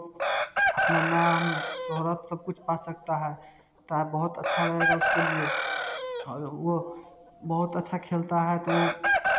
अपना नाम शोहरत सब कुछ पा सकता है तो बहुत अच्छा रहेगा उसके लिए और वह बहुत अच्छा खेलता है तो